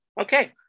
Okay